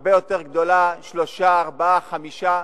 הרבה יותר גדולה: שלושה, ארבעה, חמישה,